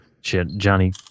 Johnny